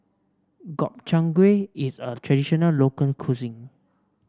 Gobchang Gui is a traditional cuisine